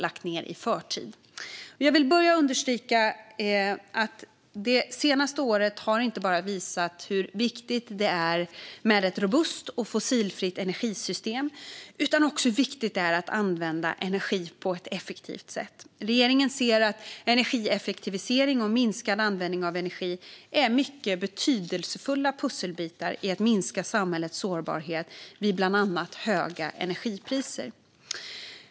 Jag vill börja med att understryka att det senaste året inte bara har visat hur viktigt det är med ett robust och fossilfritt energisystem utan också hur viktigt det är att använda energi på ett effektivt sätt. Regeringen ser att energieffektivisering och minskad användning av energi är mycket betydelsefulla pusselbitar i att minska samhällets sårbarhet vid bland annat höga energipriser.